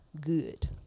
good